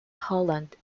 holland